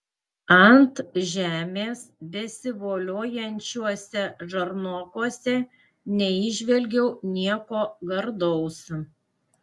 ant žemės besivoliojančiuose žarnokuose neįžvelgiau nieko gardaus